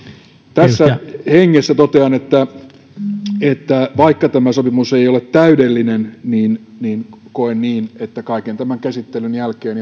tässä hengessä totean että vaikka tämä sopimus ei ole täydellinen koen niin että kaiken tämän käsittelyn jälkeen